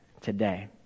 today